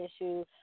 issue